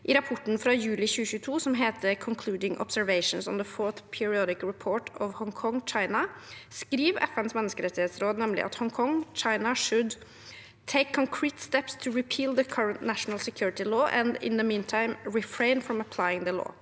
I rapporten fra juli 2022 som heter «Concluding observations on the fourth periodic report of Hong Kong, China», skriver FNs menneskerettighetsråd nemlig at Hongkong burde «take concrete steps to repeal the current National Security Law and, in the meantime, refrain from applying it».